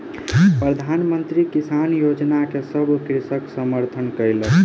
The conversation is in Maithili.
प्रधान मंत्री किसान योजना के सभ कृषक समर्थन कयलक